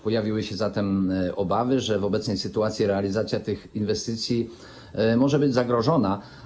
Pojawiły się zatem obawy, że w obecnej sytuacji realizacja tych inwestycji może być zagrożona.